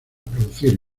producir